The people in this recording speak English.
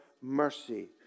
mercy